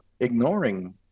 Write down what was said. ignoring